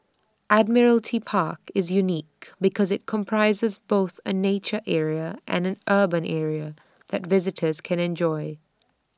Admiralty Park is unique because IT comprises both A nature area and an urban area that visitors can enjoy